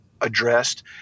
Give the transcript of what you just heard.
addressed